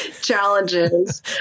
challenges